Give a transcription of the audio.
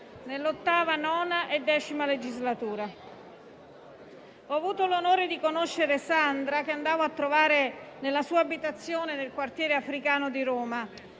nell'VIII, IX e X legislatura. Ho avuto l'onore di conoscere Sandra, che andavo a trovare nella sua abitazione nel quartiere Africano di Roma.